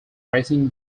raising